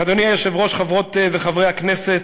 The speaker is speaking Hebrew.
אדוני היושב-ראש, חברות וחברי הכנסת,